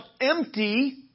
empty